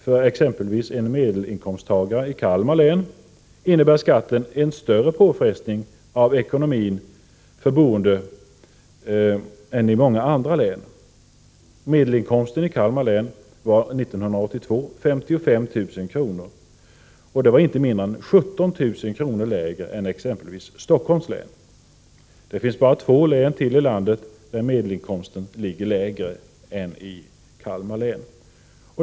För exempelvis en medelinkomsttagare i Kalmar län innebär skatten en större påfrestning av ekonomin än för boende i många andra län. Medelinkomsten i Kalmar län var 1982 ca 55 000 kr. vilket är inte mindre än 17 000 kr. lägre än i Stockholms län. Det finns bara två län i landet där medelinkomsten ligger lägre än i Kalmar län.